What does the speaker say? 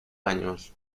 años